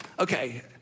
okay